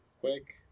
quick